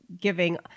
giving